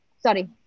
sorry